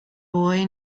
boy